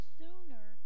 sooner